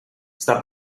sta